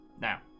Now